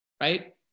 right